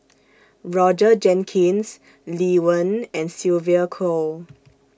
Roger Jenkins Lee Wen and Sylvia Kho